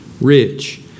rich